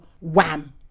wham